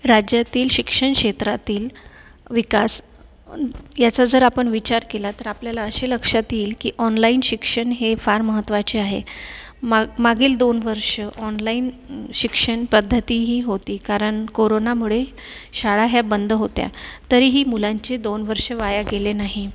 राज्यातील शिक्षण क्षेत्रातील विकास याचा जर आपण विचार केला तर आपल्याला असे लक्षात येईल की ऑनलाईन शिक्षण हे फार महत्वाचे आहे म मागील दोन वर्षे ऑनलाईन शिक्षण पद्धतीही होती कारण कोरोनामुळे शाळा ह्या बंद होत्या तरीही मुलांची दोन वर्षे वाया गेली नाहीत